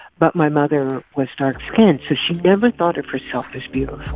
but my mother was dark-skinned, so she never thought of herself as beautiful